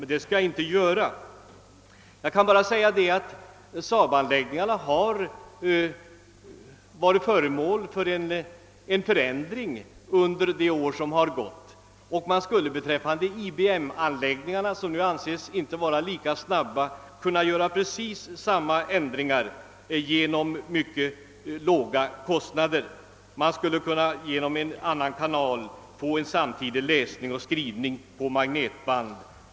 Jag skall emellertid inte göra detta utan bara säga att SAAB anläggningarna varit föremål för förändringar under de år som gått, och man skulle beträffande IBM-anläggningarna, som nu inte anses vara lika snabba, kunna vidta precis samma ändringar till mycket låga kostnader. Man skulle med hjälp av en annan kanal kunna åstadkomma samtidig läsning och skrivning på magnetband.